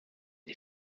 les